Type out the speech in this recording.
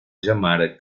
llamar